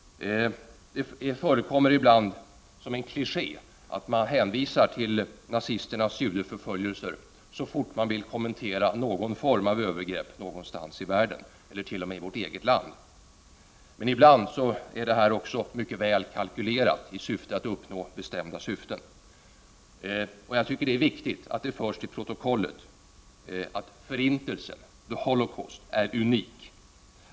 Det förekommer ibland som en kliché att man hänvisar till nazisternas judeförföljelser så fort man vill kommentera någon form av övergrepp i världen eller t.o.m. i vårt eget land. Ibland är detta mycket väl kalkylerat i avsikt att uppnå bestämda syften. Jag tycker det är viktigt att det förs till protokollet att förintelsen, the holocaust, är unik.